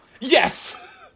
Yes